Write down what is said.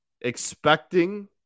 expecting